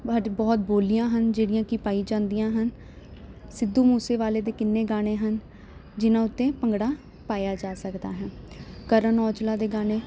but ਬਹੁਤ ਬੋਲੀਆਂ ਹਨ ਜਿਹੜੀਆਂ ਕਿ ਪਾਈ ਜਾਂਦੀਆਂ ਹਨ ਸਿੱਧੂ ਮੂਸੇਵਾਲੇ ਦੇ ਕਿੰਨੇ ਗਾਣੇ ਹਨ ਜਿਹਨਾਂ ਉੱਤੇ ਭੰਗੜਾ ਪਾਇਆ ਜਾ ਸਕਦਾ ਹੈ ਕਰਨ ਔਜਲਾ ਦੇ ਗਾਣੇ